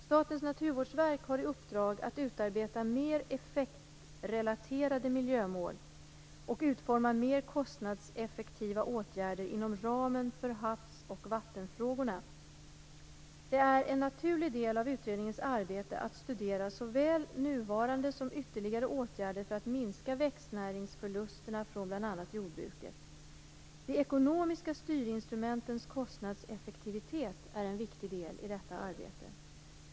Statens naturvårdsverk har i uppdrag att utarbeta mer effektrelaterade miljömål och utforma mer kostnadseffektiva åtgärder inom ramen för havs och vattenfrågorna. Det är en naturlig del av utredningens arbete att studera såväl nuvarande som ytterligare åtgärder för att minska växtnäringsförlusterna från bl.a. jordbruket. De ekonomiska styrinstrumentens kostnadseffektivitet är en viktig del i detta arbete.